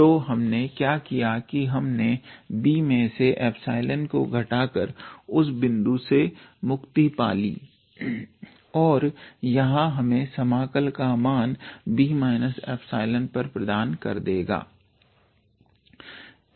तो हमने क्या किया की हमने b मे से एप्सलोन को घटाकर उस बिंदु से मुक्ति पाली और यह हमें समाकल का मान b एप्सलोन पर प्रदान कर देगा